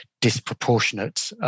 disproportionate